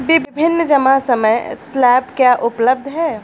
विभिन्न जमा समय स्लैब क्या उपलब्ध हैं?